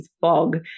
fog